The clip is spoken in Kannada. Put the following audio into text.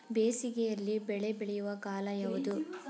ಬೇಸಿಗೆ ಯಲ್ಲಿ ಬೆಳೆ ಬೆಳೆಯುವ ಕಾಲ ಯಾವುದು?